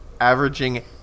averaging